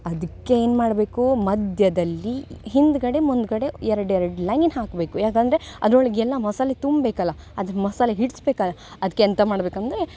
ಅದಕ್ಕೆ ಏನು ಮಾಡಬೇಕು ಮಧ್ಯದಲ್ಲಿ ಹಿಂದ್ಗಡೆ ಮುಂದ್ಗಡೆ ಎರಡೆರಡು ಲೈನ್ ಹಾಕಬೇಕು ಯಾಕೆಂದರೆ ಅದ್ರೊಳಗೆ ಎಲ್ಲ ಮಸಾಲೆ ತುಂಬ ಬೇಕಲ್ಲ ಅದು ಮಸಾಲೆ ಹಿಡ್ಸ್ಬೇಕಲ್ಲ ಅದಕ್ಕೆ ಎಂತ ಮಾಡ್ಬೇಕು ಅಂದರೆ